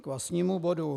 K vlastnímu bodu.